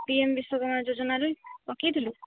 P M Vishwakarma ଯୋଜନାରେ ପକାଇଥିଲୁ